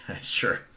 Sure